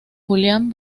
julián